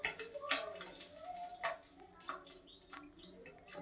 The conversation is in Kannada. ಕುರಿ ಮರಿ ಹಾಕೋದಕ್ಕ ಇಂಗ್ಲೇಷನ್ಯಾಗ ಲ್ಯಾಬಿಂಗ್ ಅಂತ ಕರೇತಾರ